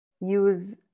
use